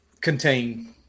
contain